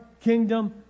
kingdom